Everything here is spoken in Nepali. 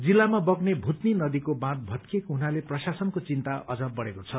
जिल्लामा बग्ने भूतनी नदीको बाँथ भत्किएको हुनाले प्रशासनको चिन्ता अझ बढ़ेको छ